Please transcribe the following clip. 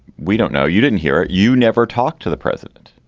we don't know you didn't hear it. you never talked to the president.